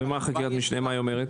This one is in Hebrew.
ומה חקיקת המשנה אומרת?